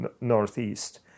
northeast